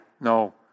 No